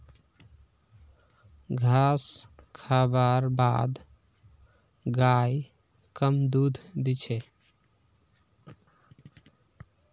घास खा बार बाद गाय कम दूध दी छे